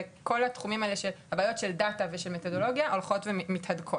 וכל הבעיות של דטה ושל מתודולוגיה הולכות ומתהדקות.